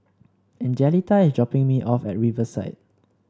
Angelita is dropping me off at Riverside